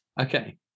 Okay